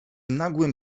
nagłym